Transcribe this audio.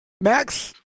Max